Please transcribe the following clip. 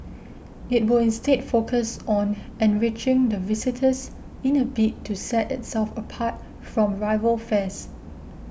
it will instead focus on enriching the visitor's in a bid to set itself apart from rival fairs